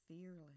fearless